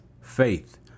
faith